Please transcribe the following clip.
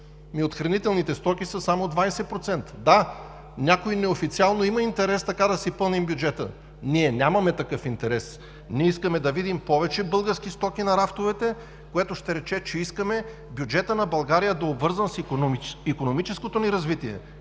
От хранителните стоки са само 20%. Да, някои неофициално има интерес така да си пълним бюджета. Ние нямаме такъв интерес. Ние искаме да видим повече български стоки на рафтовете, което ще рече, че искаме бюджетът на България да е обвързан с икономическото ни развитие,